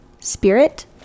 spirit